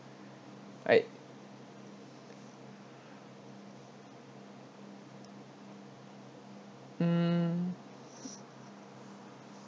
I hmm